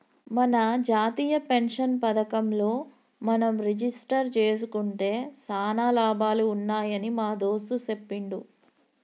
మన జాతీయ పెన్షన్ పథకంలో మనం రిజిస్టరు జేసుకుంటే సానా లాభాలు ఉన్నాయని మా దోస్త్ సెప్పిండు